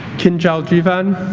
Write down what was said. kinjal jivan